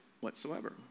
whatsoever